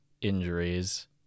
injuries